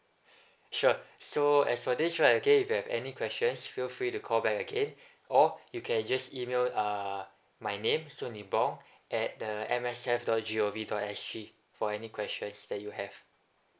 sure so as for this right okay if you have any questions feel free to call back again or you can just email uh my name so nibong at the M S F dot G O V dot S G for any questions that you have